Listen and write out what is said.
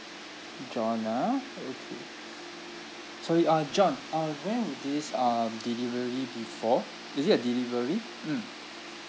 john ah okay sorry uh john uh when would this um delivery be for is it a delivery mm